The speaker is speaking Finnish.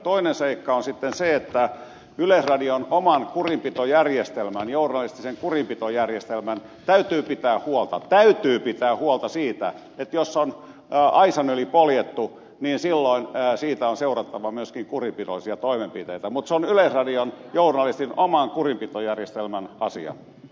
toinen seikka sitten on se että yleisradion oman kurinpitojärjestelmän journalistisen kurinpitojärjestelmän täytyy pitää huolta täytyy pitää huolta siitä että jos on aisan yli poljettu niin silloin siitä on seurattava myöskin kurinpidollisia toimenpiteitä mutta se on yleisradion journalismin oman kurinpitojärjestelmän asia